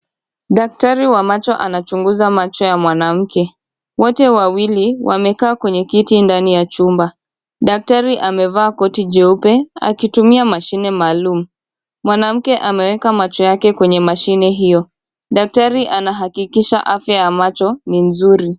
Daktari wa macho anachunguza macho ya mwanamke. Wote wawili wamekaa kwenye kiti ndani ya chumba. Daktari amevaa koti jeupe akitumia mashine maalum. Mwanamke ameweka macho yake kwenye mashine hiyo. Daktari anahakikisha afya ya macho ni nzuri.